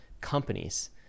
companies